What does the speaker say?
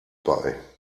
bei